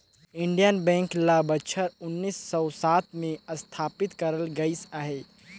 Indian bank ल बछर उन्नीस सव सात में असथापित करल गइस अहे